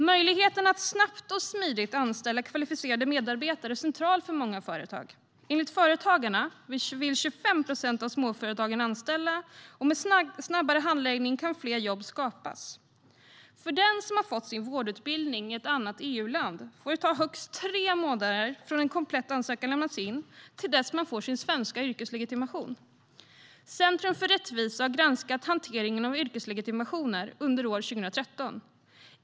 Möjligheten att snabbt och smidigt anställa kvalificerade medarbetare är central för många företag. Enligt Företagarna vill 25 procent av småföretagen anställa, och med snabbare handläggning kan fler jobb skapas. För den som har fått sin vårdutbildning i ett annat EU-land får det ta högst tre månader från att en komplett ansökan har lämnats in till dess att man får sin svenska yrkeslegitimation. Centrum för rättvisa har granskat hanteringen av yrkeslegitimationer under år 2013.